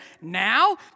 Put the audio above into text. Now